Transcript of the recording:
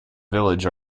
village